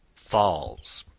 falls.